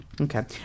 Okay